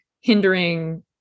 hindering